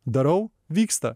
darau vyksta